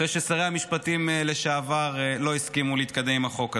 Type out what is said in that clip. אחרי ששר המשפטים לשעבר לא הסכים להתקדם עם החוק הזה.